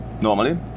Normally